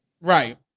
Right